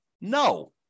No